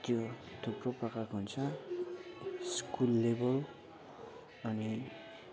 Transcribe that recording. त्यो थुप्रो प्रकारको हुन्छ स्कुल लेबल अनि